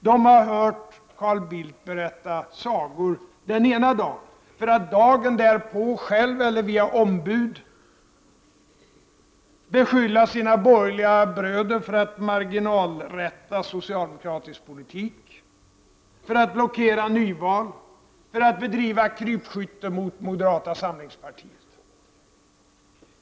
De har hört Carl Bildt berätta sagor den ena dagen, för att dagen därpå själv eller via ombud beskylla sina borgerliga bröder för att marginalrätta social demokratisk politik, för att blockera nyval och för att bedriva krypskytte mot moderata samlingspartiet.